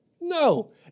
No